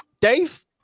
Dave